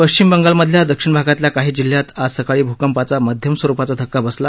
पश्चिम बंगालमधल्या दक्षिण भागातल्या काही जिल्ह्यात आज सकाळी भूकंपाचा मध्यम स्वरुपाचा धक्का बसला